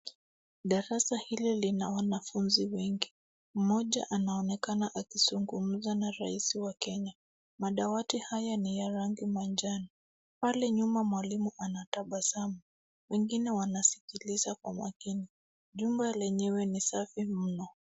Darasa hili lina wanafunzi wengi. Mmoja anaonekana akizungumza na rais wa Kenya. Madawati haya ni ya rangi manjano. Pale nyuma mwalimu anatabasamu .Wengine wanasikiliza kwa makini. Jumba lenyewe ni safi mno.